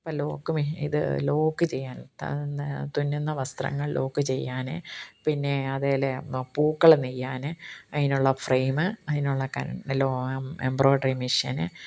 അപ്പോൾ ലോക്ക് മെ ഇത് ലോക്ക് ചെയ്യാന് തുന്നുന്ന വസ്ത്രങ്ങള് ലോക്ക് ചെയ്യാൻ പിന്നെ അതിൽ നൊ പൂക്കള് നെയ്യാൻ അതിനുള്ള ഫ്രെയിമ് അതിനുള്ള കല്ല് നല്ലോണം എംബ്രോയഡറി മിഷന്